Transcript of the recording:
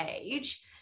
age